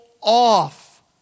off